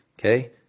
Okay